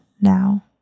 now